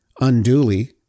unduly